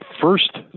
First